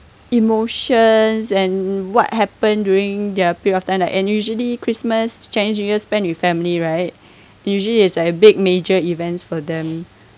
emotions and what happen during their period of time and usually christmas chinese new year spend with family right usually is like a big major events for them